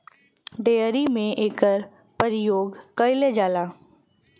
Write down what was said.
dairy में एकर परियोग कईल जाला